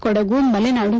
Kodagu Malenadu